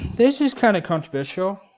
this is kind of controversial.